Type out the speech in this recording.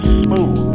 smooth